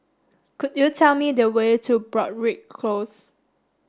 could you tell me the way to Broadrick Close